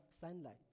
sunlight